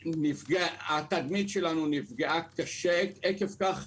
התדמית שלנו נפגעה קשה עקב כך.